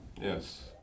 yes